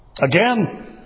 Again